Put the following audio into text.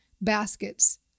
baskets